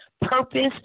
purpose